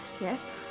Yes